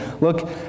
Look